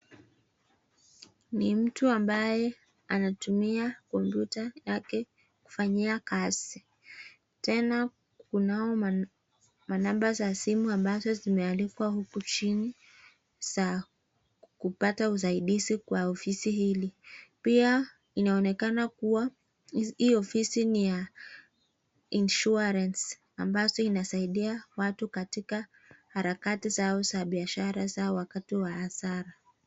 Ni mtu ambaye anatumia kompyuta yake kufanyia kazi. Tena kunao manamba za simu ambazo zimeandikwa huku chini za kupata usaidizi kwa ofisi hili. Pia inaonekana kuwa ofisi hii ni ya insurance ambazo inadaifia watu katika harakati zao biashara za wakati wa hasara.